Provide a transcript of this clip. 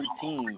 team